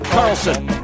Carlson